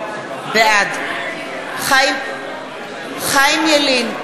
בעד חיים ילין,